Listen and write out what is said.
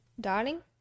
Darling